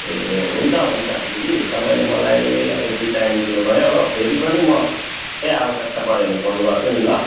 ए हुन्छ हुन्छ दिदी तपाईँले मलाई यति टाइम दिनुभयो हो फेरि पनि म केही आवश्यकता पऱ्यो भने फोन गर्छु नि ल